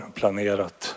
planerat